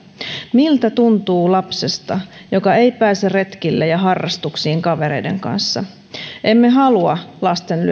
miltä tuntuu lapsesta joka ei pääse retkille ja harrastuksiin kavereiden kanssa emme halua lasten